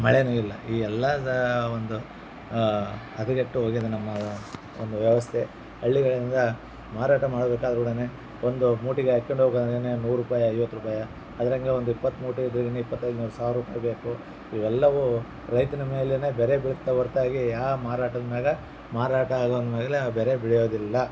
ಮಳೆನು ಇಲ್ಲ ಈ ಎಲ್ಲದು ಒಂದು ಹದಗೆಟ್ಟು ಹೋಗಿದೆ ನಮ್ಮ ಒಂದು ವ್ಯವಸ್ಥೆ ಹಳ್ಳಿಗಳಿಂದ ಮಾರಾಟ ಮಾಡಬೇಕಾದ್ರುಡನೆ ಒಂದು ಮೂಟಿಗೆ ಹಾಕೊಂಡ್ ನೂರು ರುಪಾಯಿ ಐವತ್ತು ರುಪಾಯಿ ಅದ್ರಂಗೆ ಒಂದು ಇಪ್ಪತ್ತು ಮೂಟೆ ಇದ್ರೇಗಿನ ಇಪ್ಪತ್ತೈದು ನೂರು ಸಾವಿರ ರುಪಾಯ್ ಬೇಕು ಇವೆಲ್ಲವೂ ರೈತನ ಮೇಲೆನೆ ಬರೆ ಬೀಳ್ತವೆ ಹೊರತಾಗಿ ಯಾ ಮಾರಾಟದ ಮ್ಯಾಗೆ ಮಾರಾಟ ಆಗುವನ್ ಮೇಲೆ ಆ ಬರೆ ಬಿಳಿಯೋದಿಲ್ಲ